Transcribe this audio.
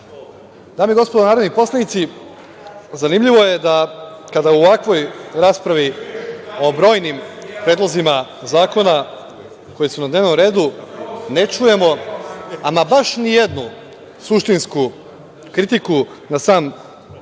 i gospodo narodni poslanici, zanimljivo je da kada u ovakvoj raspravi o brojnim predlozima zakona koji su na dnevnom redu ne čujemo baš nijednu suštinsku kritiku na sam predlog